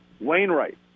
Wainwright